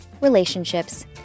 relationships